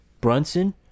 Brunson